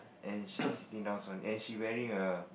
and she sitting now on and she wearing a